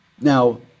Now